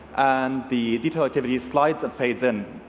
and the detail activity slides and fades in.